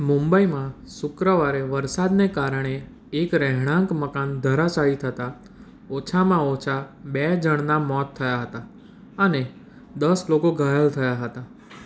મુંબઈમાં શુક્રવારે વરસાદને કારણે એક રહેણાંક મકાન ધરાશાઈ થતા ઓછામાં ઓછા બે જણના મોત થયા હતા અને દસ લોકો ઘાયલ થયા હતા